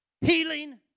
healing